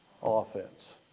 Offense